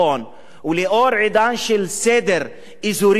ולאור עידן של סדר אזורי חדש,